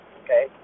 okay